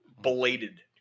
belated